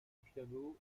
piano